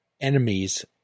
enemies